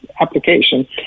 application